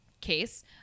case